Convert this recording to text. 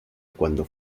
cuando